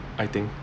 I think